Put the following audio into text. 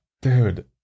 Dude